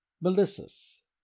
melissus